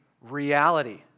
reality